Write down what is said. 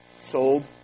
sold